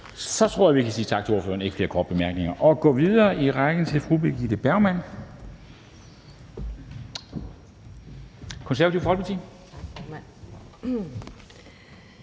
Så tror jeg, vi kan sige tak til ordføreren. Der er ikke flere korte bemærkninger. Vi går videre i rækken til fru Birgitte Bergman, Det Konservative Folkeparti. Kl.